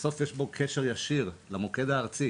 שבסוף יש בו קשר ישיר למוקד הארצי